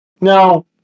Now